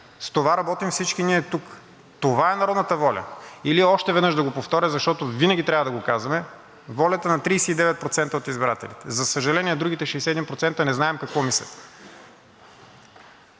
с това работим всички ние тук. Това е народната воля, или още веднъж да повторя, защото винаги трябва да го казваме, волята на 39% от избирателите. За съжаление, другите 61% не знаем какво мислят.